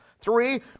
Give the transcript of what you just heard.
Three